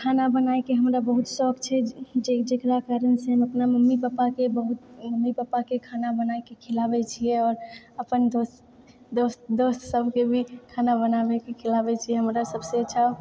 खाना बनाए के हमरा बहुत शौक छै जे जेकरा कारणसे हम अपना मम्मी पापाके बहुत मम्मी पापाके खाना बनाएके खिलाबै छियै आओर अपन दोस्त दोस्त दोस्त सबके भी खाना बनाबैके खिलाबै छियै हमरा सबसँ अच्छा